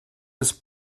his